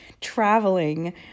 traveling